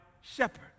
shepherd